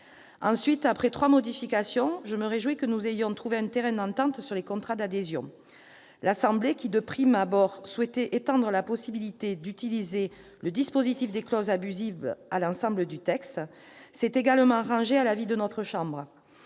que, après trois modifications, nous ayons trouvé un terrain d'entente sur les contrats d'adhésion. L'Assemblée nationale, qui, de prime abord, souhaitait étendre la possibilité d'utiliser le dispositif des clauses abusives à l'ensemble du texte, s'est également rangée à l'avis de notre chambre.